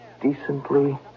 decently